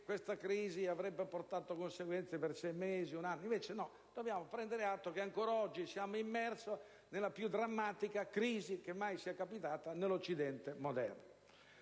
questa crisi avrebbe portato conseguenze per sei mesi, o forse un anno. Così non è stato, e dobbiamo prendere atto che ancora oggi siamo immersi nella più drammatica crisi che mai sia capitata nell'Occidente moderno.